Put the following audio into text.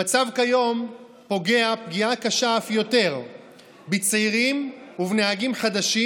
המצב כיום פוגע פגיעה קשה אף יותר בצעירים ובנהגים חדשים,